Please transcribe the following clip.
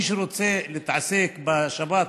מי שרוצה להתעסק בשבת,